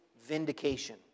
vindication